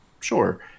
sure